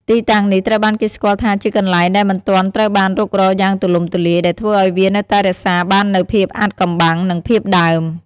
ទីតាំងនេះត្រូវបានគេស្គាល់ថាជាកន្លែងដែលមិនទាន់ត្រូវបានរុករកយ៉ាងទូលំទូលាយ ដែលធ្វើឲ្យវានៅតែរក្សាបាននូវភាពអាថ៌កំបាំង និងភាពដើម។